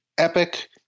Epic